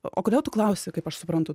o kodėl tu klausi kaip aš suprantu